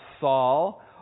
saul